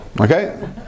Okay